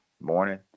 morning